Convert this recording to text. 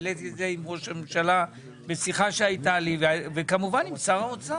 העליתי את זה בשיחה שהייתה לי עם ראש הממשלה ובשיחה עם שר האוצר.